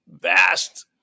vast